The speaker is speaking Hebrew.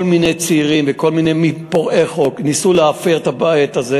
כל מיני צעירים וכל מיני פורעי חוק ניסו להפר את הסדר,